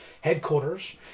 headquarters